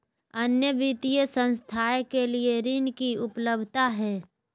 अन्य वित्तीय संस्थाएं के लिए ऋण की उपलब्धता है?